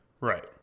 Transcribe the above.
right